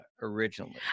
originally